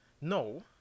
No